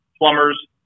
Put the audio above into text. plumbers